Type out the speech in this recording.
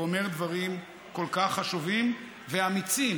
ואומר דברים כל כך חשובים ואמיצים,